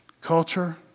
Culture